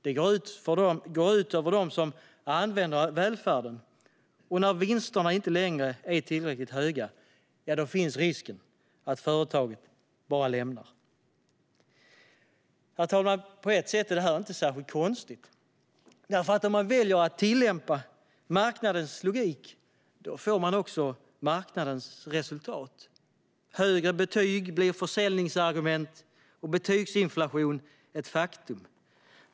Det går ut över dem som använder välfärden, och när vinsterna inte längre är tillräckligt höga finns risken att företaget bara lämnar platsen. Herr talman! På ett sätt är det här inte särskilt konstigt, för om man väljer att tillämpa marknadens logik får man också marknadens resultat. Högre betyg blir försäljningsargument och betygsinflation ett faktum.